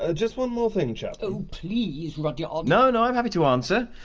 ah just one more thing, chapman. oh please, rudyard, no no, i'm happy to answer.